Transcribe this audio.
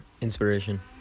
inspiration